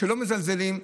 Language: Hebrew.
שלא מזלזלים,